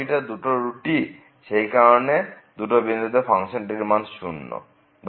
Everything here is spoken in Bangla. তাই ও দুটোই রুট এবং সেই কারণেই এই দুটি বিন্দুতে ফাংশনটির মান 0